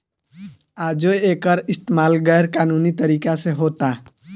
आजो एकर इस्तमाल गैर कानूनी तरीका से होता